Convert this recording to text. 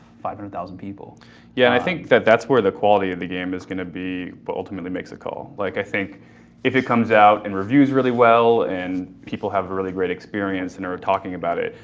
five hundred thousand people. rice yeah, i think that that's where the quality of the game is going to be, but ultimately makes a call. like i think if it comes out and reviews really well and people have a really great experience and are talking about it,